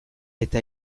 eta